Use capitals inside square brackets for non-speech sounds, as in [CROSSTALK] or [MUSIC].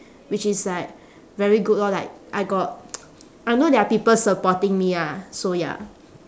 which is like very good lor like I got [NOISE] I know there are people supporting me ah so ya